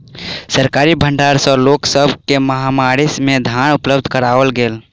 सरकारी भण्डार सॅ लोक सब के महामारी में धान उपलब्ध कराओल गेल